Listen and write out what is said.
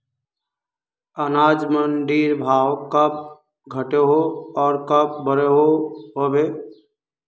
अनाज मंडीर भाव कब घटोहो आर कब बढ़ो होबे?